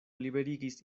liberigis